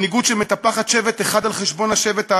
מנהיגות שמטפחת שבט אחד על חשבון השבט האחר,